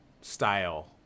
style